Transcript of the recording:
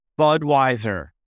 Budweiser